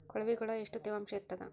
ಕೊಳವಿಗೊಳ ಎಷ್ಟು ತೇವಾಂಶ ಇರ್ತಾದ?